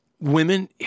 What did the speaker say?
Women